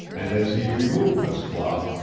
and as he removed this cloth,